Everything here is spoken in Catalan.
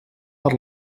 per